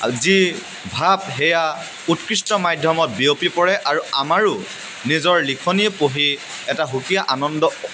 যি ভাৱ সেয়া উৎকৃষ্ট মাধ্যমত বিয়পি পৰে আৰু আমাৰো নিজৰ লিখনি পঢ়ি এটা সুকীয়া আনন্দ